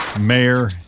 mayor